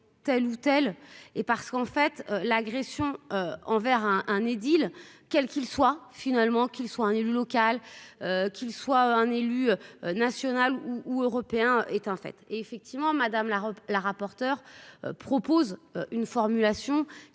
telle ou telle et parce qu'en fait, l'agression envers un un édile, quel qu'il soient finalement qu'il soit un élu local, qu'il soit un élu national ou européen est en fait effectivement madame la robe la rapporteure propose une formulation